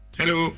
hello